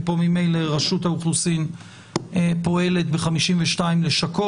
כי פה ממילא רשות האוכלוסין פועלת ב-52 לשכות.